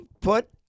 put